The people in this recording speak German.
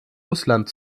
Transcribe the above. russland